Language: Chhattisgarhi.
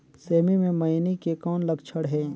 सेमी मे मईनी के कौन लक्षण हे?